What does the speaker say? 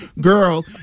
girl